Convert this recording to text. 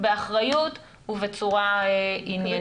באחריות ובצורה עניינית.